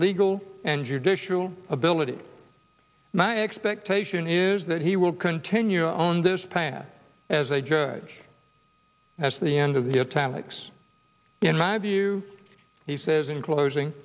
legal and judicial ability my expectation is that he will continue on this path as a judge as the end of the attacks in my view he says in closing